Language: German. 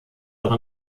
auch